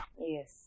Yes